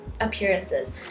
appearances